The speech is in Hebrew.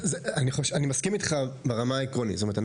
אני מסכים איתך ברמה העקרונית.